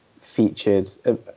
featured